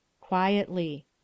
Quietly